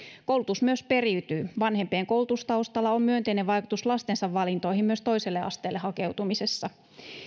koulutus myös periytyy vanhempien koulutustaustalla on myönteinen vaikutus lastensa valintoihin myös toiselle asteelle hakeutumisessa